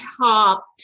top